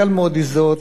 קל מאוד להזדהות,